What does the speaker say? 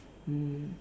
mm